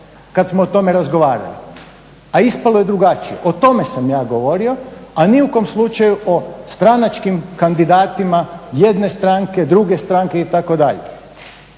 kad smo o tome razgovarali a ispalo je drugačije. O tome sam ja govorio, a ni u kom slučaju o stranačkim kandidatima jedne stranke, druge stranke itd.